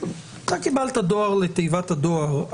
אתה קיבלת דואר לתיבת הדואר,